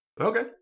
Okay